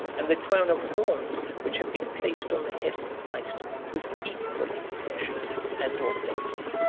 and the crown of thorns which had been placed on the head of christ was equally precious and authentic.